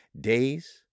Days